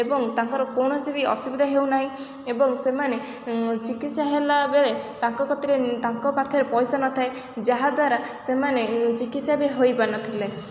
ଏବଂ ତାଙ୍କର କୌଣସି ବି ଅସୁବିଧା ହେଉନାହିଁ ଏବଂ ସେମାନେ ଚିକିତ୍ସା ହେଲାବେଳେ ତାଙ୍କ କତିରେ ତାଙ୍କ ପାଖରେ ପଇସା ନଥାଏ ଯାହାଦ୍ୱାରା ସେମାନେ ଚିକିତ୍ସା ବି ହୋଇପାରୁ ନଥିଲେ